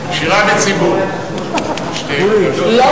שירה בציבור, "שתי גדות לירדן, זו שלנו זו גם כן".